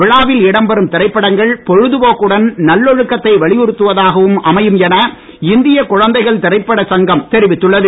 விழாவில் இடம்பெறும் திரைப்படங்கள் பொழுதுபோக்குடன் நல்லொழுக்கத்தை வலியுறுத்துவதாகவும் அமையம் என இந்திய குழந்தைகள் திரைப்பட சங்கம் தெரிவித்துள்ளது